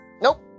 nope